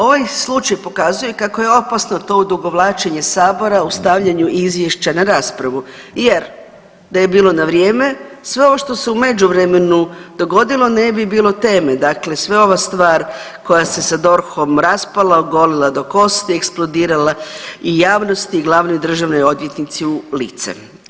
Ovaj slučaj pokazuje kako je opasno to odugovlačenje sabora u stavljanju izvješća na raspravu jer da je bilo na vrijeme sve ovo što se u međuvremenu dogodilo ne bi bilo teme, dakle sve ova stvar koja se sa DORH-om raspala, ogolila do kosti, eksplodirala i javnosti i glavnoj državnoj odvjetnici u lice.